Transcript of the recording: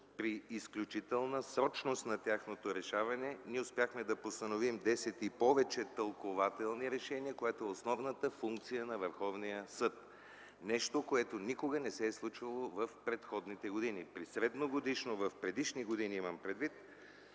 При изключителна срочност на тяхното решаване, ние успяхме да постановим 10 и повече тълкувателни решения, което е основната функция на Върховния съд. Нещо, което никога не се е случвало в предходните години. При средно годишно, имам предвид